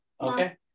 Okay